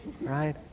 right